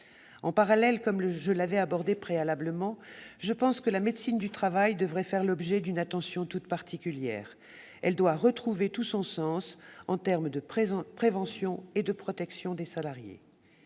En parallèle, je l'avais abordé préalablement, je pense que la médecine du travail devrait faire l'objet d'une attention toute particulière. Elle doit retrouver tout son sens du point de vue de la prévention et de la protection des salariés.